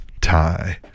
Tie